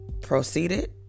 proceeded